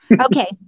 Okay